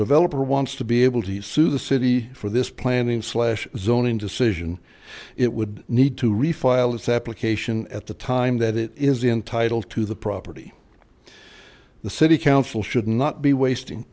developer wants to be able to sue the city for this planning slash zoning decision it would need to refile its application at the time that it is in title to the property the city council should not be wasting